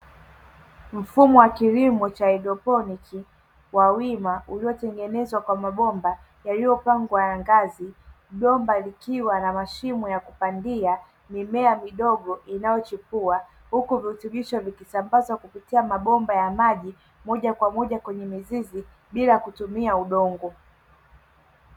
Mfumo wa kilimo cha haidroponi wa wima, uliotengenezwa kwa mabomba yaliyopangwa ya ngazi, bomba likiwa na mashimo ya kupandia mimea midogo inayochipua, huku virutubisho vikisambazwa kupitia mabomba ya maji moja kwa moja kwenye mizizi bila kutumia udongo.